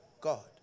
God